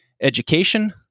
education